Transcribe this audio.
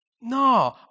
No